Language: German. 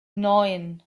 neun